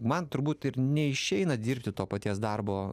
man turbūt ir neišeina dirbti to paties darbo